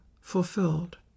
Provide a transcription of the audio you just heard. fulfilled